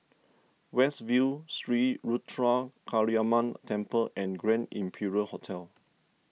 West View Sri Ruthra Kaliamman Temple and Grand Imperial Hotel